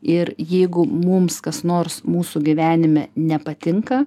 ir jeigu mums kas nors mūsų gyvenime nepatinka